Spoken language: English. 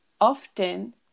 often